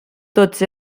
tots